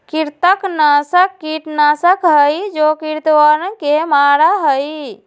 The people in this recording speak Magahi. कृंतकनाशक कीटनाशक हई जो कृन्तकवन के मारा हई